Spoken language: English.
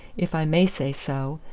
if i may say so,